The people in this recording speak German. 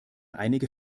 einige